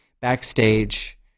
backstage